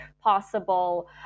possible